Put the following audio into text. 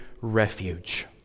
refuge